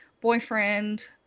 boyfriend